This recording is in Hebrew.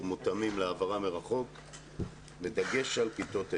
מותאמים להעברה מרחוק בדגש על כיתות ה'-ו'.